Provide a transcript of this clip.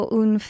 un